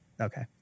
Okay